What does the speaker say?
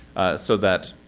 so that